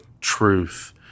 truth